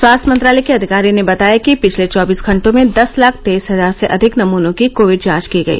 स्वास्थ्य मंत्रालय के अधिकारी ने बताया कि पिछले चौबीस घंटों में दस लाख तेईस हजार से अधिक नमूनों की कोविड जांच की गई